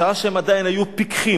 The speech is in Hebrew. בשעה שהם עדיין היו פיכחים.